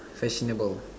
fashionable